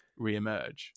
reemerge